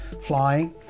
flying